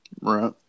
right